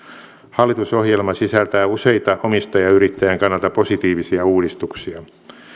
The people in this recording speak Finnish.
hallitusohjelma sisältää useita omistajayrittäjän kannalta positiivisia uudistuksia